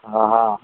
हां हां